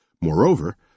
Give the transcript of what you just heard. Moreover